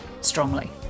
strongly